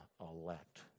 elect